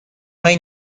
های